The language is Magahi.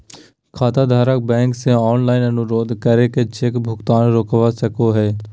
खाताधारक बैंक से ऑनलाइन अनुरोध करके चेक भुगतान रोकवा सको हय